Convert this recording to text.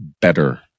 better